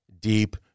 deep